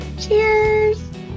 Cheers